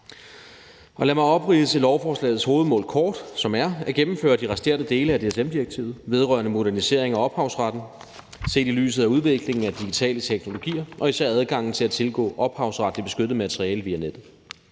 Lad mig kort opridse lovforslagets hovedmål, som er at gennemføre de resterende dele af DSM-direktivet vedrørende modernisering af ophavsretten set i lyset af udviklingen af digitale teknologier og især adgangen til at tilgå ophavsretligt beskyttet materiale via nettet;